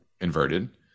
inverted